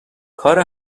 کار